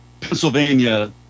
Pennsylvania